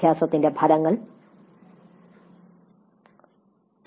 അഭ്യാസത്തിന്റെ ഫലങ്ങൾ tale